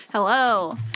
Hello